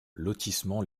lotissement